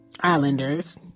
Islanders